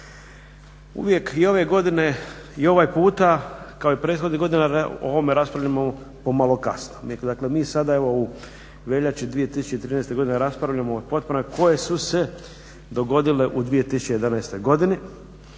Uvijek i ove godine i ovaj puta kao i prethodnih godina o ovome raspravljamo pomalo kasno. Dakle mi sada u veljači 2013. raspravljamo o potporama koje su se dogodile u 2011. godini,